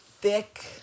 thick